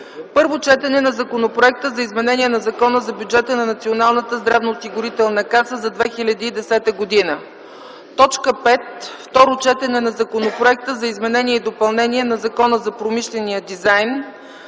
Първо четене на Законопроекта за изменение на Закона за бюджета на Националната здравноосигурителна каса за 2010 г. 5. Второ четене на Законопроекта за изменение и допълнение на Закона за промишления дизайн.